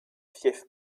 fief